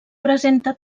presenta